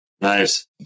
Nice